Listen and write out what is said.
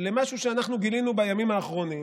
למשהו שאנחנו גילינו בימים האחרונים,